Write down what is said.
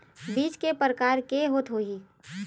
बीज के प्रकार के होत होही?